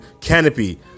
Canopy